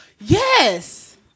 Yes